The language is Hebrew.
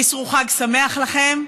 אסרו חג שמח לכם.